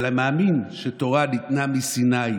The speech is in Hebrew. אלא מאמין שתורה ניתנה מסיני,